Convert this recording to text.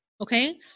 Okay